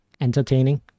entertaining